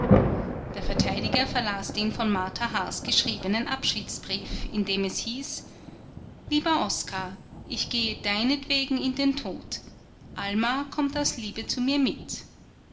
der verteidiger verlas den von martha haars geschriebenen abschiedsbrief in dem es hieß lieber oskar ich gehe deinetwegen in den tod alma kommt aus liebe zu mir mit